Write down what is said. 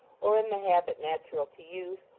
or in the habit natural to youth,